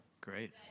Great